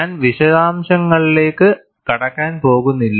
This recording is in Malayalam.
ഞാൻ വിശദാംശങ്ങളിലേക്ക് കടക്കാൻ പോകുന്നില്ല